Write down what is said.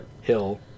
Hill